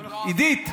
עידית,